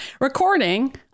recording